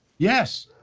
yes,